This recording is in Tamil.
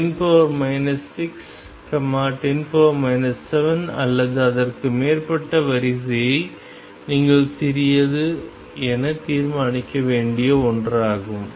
10 6 10 7 அல்லது அதற்கு மேற்பட்ட வரிசையை நீங்கள் சிறியது என தீர்மானிக்க வேண்டிய ஒன்றாகும்